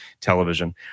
television